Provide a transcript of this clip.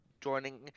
joining